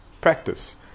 practice